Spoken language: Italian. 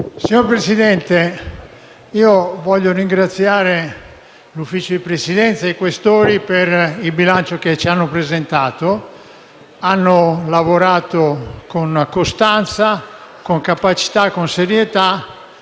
Signor Presidente, vorrei ringraziare l'Ufficio di Presidenza e i senatori Questori per il bilancio che ci hanno presentato. Hanno lavorato con costanza, capacità e serietà,